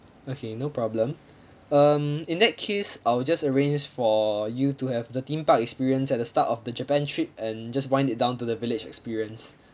okay no problem um in that case I will just arrange for you to have the theme park experience at the start of the japan trip and just wind it down to the village experience